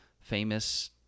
famous